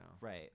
Right